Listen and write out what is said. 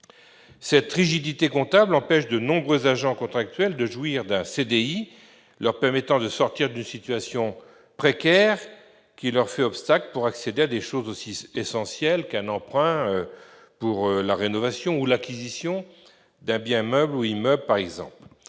Cette rigidité comptable empêche de nombreux agents contractuels de jouir d'un CDI leur permettant de sortir d'une situation précaire qui leur fait obstacle pour accéder à des choses aussi essentielles qu'un emprunt pour la rénovation ou l'acquisition d'un bien meuble ou immeuble, par exemple.